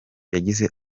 yagize